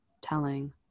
telling